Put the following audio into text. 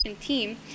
team